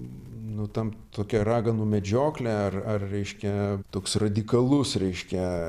nu tam tokią raganų medžioklę ar ar reiškia toks radikalus reiškia